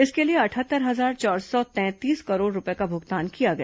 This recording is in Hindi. इसके लिए अठहत्तर हजार चार सौ तैंतीस करोड़ रुपए का भुगतान किया गया